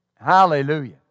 Hallelujah